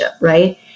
right